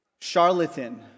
charlatan